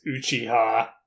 Uchiha